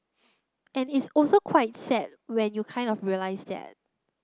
and it's also quite sad when you kind of realise that